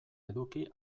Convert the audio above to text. eduki